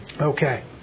Okay